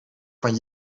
van